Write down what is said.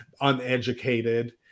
uneducated